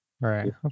Right